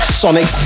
sonic